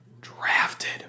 drafted